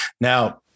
Now